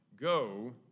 Go